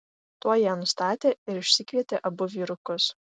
tuoj ją nustatė ir išsikvietė abu vyrukus